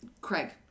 Craig